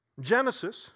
Genesis